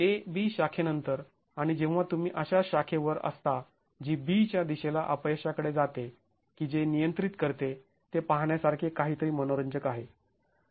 ab शाखेनंतर आणि जेव्हा तुम्ही अशा शाखेवर असता जी b च्या दिशेला अपयशाकडे जाते की जे नियंत्रित करते ते पाहण्यासारखे काहीतरी मनोरंजक आहे